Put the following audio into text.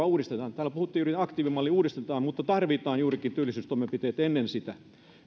uudistetaan täällä puhuttiin juuri että aktiivimalli uudistetaan mutta tarvitaan juurikin työllisyystoimenpiteitä ennen sitä